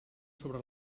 sobre